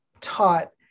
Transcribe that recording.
taught